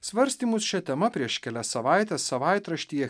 svarstymus šia tema prieš kelias savaites savaitraštyje